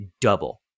double